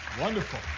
wonderful